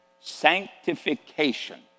Sanctification